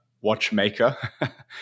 watchmaker